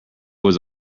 was